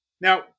Now-